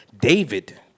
David